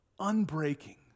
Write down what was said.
unbreaking